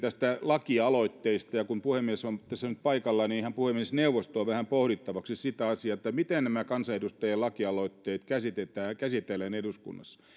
lakialoitteista ja kun puhemies on tässä nyt paikalla niin tuon ihan puhemiesneuvostoon vähän pohdittavaksi sitä asiaa miten nämä kansanedustajien lakialoitteet käsitellään eduskunnassa